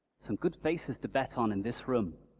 some good faces to bet on in this room